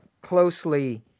closely